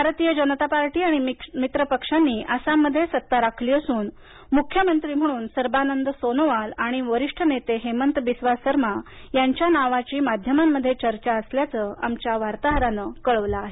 भारतीय जनता पार्टी आणि मित्र पक्षांनी आसाम मध्ये सत्ता राखली असून मुख्यमंत्री म्हणून सर्बानंद सोनोवाल आणि वरिष्ठ नेते हेमंत बिस्वा सरमा यांच्या नावांची माध्यमांमध्ये चर्चा असल्याचं आमच्या वार्ताहरानं कळवलं आहे